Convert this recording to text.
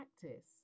practice